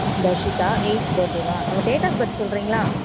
Dharshitha eighth பர்த்டேவா அவர் date of birth சொல்லுறீங்களா